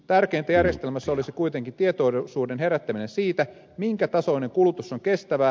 tärkeintä järjestelmässä olisi kuitenkin tietoisuuden herättäminen siitä minkä tasoinen kulutus on kestävää